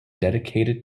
dedicated